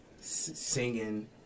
singing